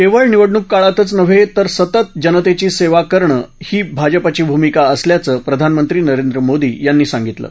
केवळ निवडणूक काळातच नव्हे तर सतत जनतेची सेवा करणं हीच भाजपाची भूमिका असल्याचं प्रधानमंत्री नरेंद्र मोदी यांनी सांगितलं आहे